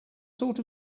sort